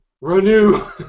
renew